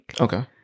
Okay